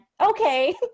okay